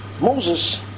Moses